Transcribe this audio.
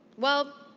well,